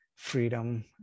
freedom